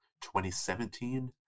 2017